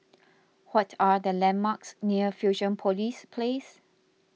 what are the landmarks near Fusionopolis Place